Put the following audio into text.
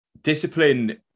Discipline